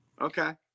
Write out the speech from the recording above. Okay